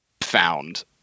Found